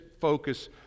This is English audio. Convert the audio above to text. focus